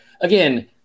again